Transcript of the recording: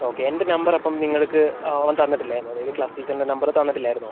okay എൻ്റെ number അപ്പം നിങ്ങൾക്ക് അവൻ തന്നിട്ടില്ലായിരുന്നോ അതായത് ക്ലാസ് ടീച്ചറിൻ്റെ നമ്പർ തന്നിട്ടില്ലായിരുന്നോ